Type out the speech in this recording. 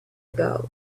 ago